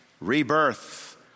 Rebirth